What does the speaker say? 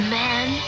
man